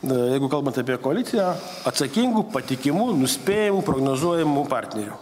nu jeigu kalbant apie koaliciją atsakingų patikimų nuspėjamų prognozuojamų partnerių